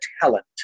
talent